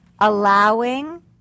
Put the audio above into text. allowing